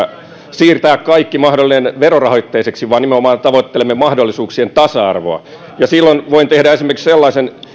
siirtää kaikki mahdollinen verorahoitteiseksi vaan nimenomaan tavoittelemme mahdollisuuksien tasa arvoa ja silloin voin tehdä esimerkiksi sellaisen